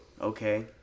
Okay